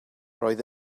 roedd